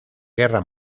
guerra